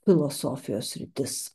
filosofijos sritis